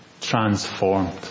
transformed